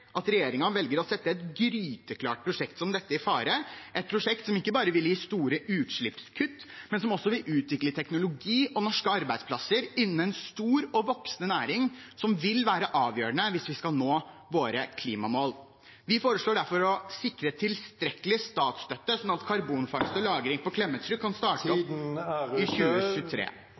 at regjeringen velger å sette et gryteklart prosjekt som dette i fare, et prosjekt som ikke bare vil gi store utslippskutt, men som også vil utvikle teknologi og norske arbeidsplasser innen en stor og voksende næring som vil være avgjørende for at vi skal nå våre klimamål. Vi foreslår derfor å sikre tilstrekkelig statsstøtte, sånn at karbonfangst og -lagring på Klemetsrud kan starte i